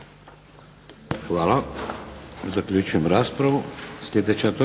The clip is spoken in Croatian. Hvala. Zaključujem raspravu.